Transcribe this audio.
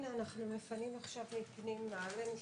אני אומר למשרד הפנים שאני מעריך אותם,